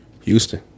Houston